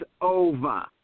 over